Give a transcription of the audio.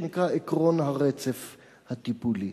שנקרא "עקרון הרצף הטיפולי".